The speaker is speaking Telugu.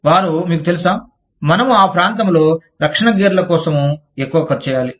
వారు మీకు తెలుసా మనము ఆ ప్రాంతంలో రక్షణ గేర్ల కోసం ఎక్కువ ఖర్చు చేయాలి